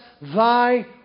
thy